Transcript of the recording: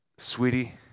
Sweetie